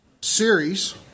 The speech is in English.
series